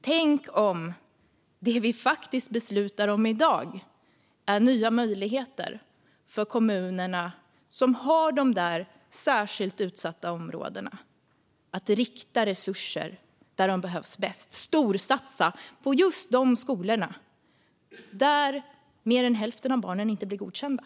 Tänk om det vi faktiskt beslutar om i dag vore nya möjligheter för kommunerna som har de där särskilt utsatta områdena att rikta resurser dit där de bäst behövs och storsatsa på just de skolor där mer än hälften av barnen inte blir godkända!